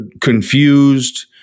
confused